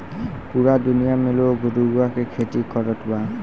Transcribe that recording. पूरा दुनिया में लोग रुआ के खेती करत बा